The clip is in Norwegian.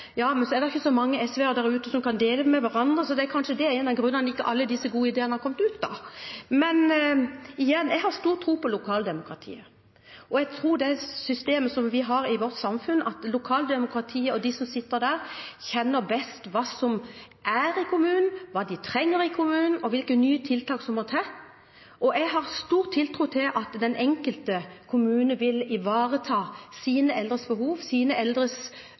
Ja, men det er ikke så mange SV-ere der ute som kan dele med hverandre, så kanskje det er en av grunnene til at alle disse gode ideene ikke har kommet ut. Men igjen: Jeg har stor tro på lokaldemokratiet. Jeg tror på det systemet vi har i vårt samfunn, at lokaldemokratiet og de som sitter der, kjenner kommunen best, hva de trenger i kommunen, og hvilke nye tiltak som må til. Jeg har stor tiltro til at den enkelte kommune vil ivareta sine eldres behov, sine eldres